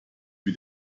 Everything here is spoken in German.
die